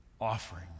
offering